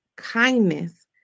kindness